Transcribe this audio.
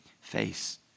face